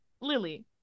Lily